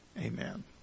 amen